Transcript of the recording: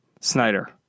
Snyder